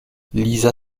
lisa